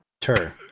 tur